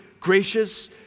gracious